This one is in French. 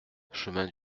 chemin